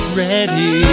ready